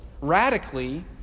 radically